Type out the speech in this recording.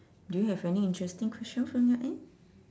do you have any interesting question from your end